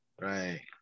right